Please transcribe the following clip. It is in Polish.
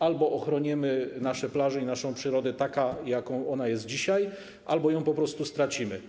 Albo ochronimy nasze plaże i naszą przyrodę taką, jaką ona jest dzisiaj, albo ją po prostu stracimy.